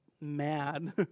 mad